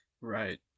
Right